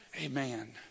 Amen